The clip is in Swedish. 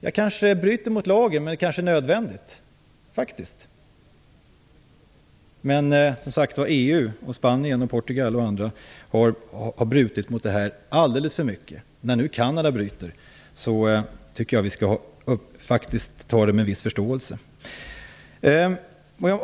Jag kanske bryter mot lagen, men det är kanske nödvändigt. Men EU, Spanien och Portugal har brutit mot detta alldeles för mycket. När nu Kanada bryter mot lagen tycker jag att vi skall ha en viss förståelse för det.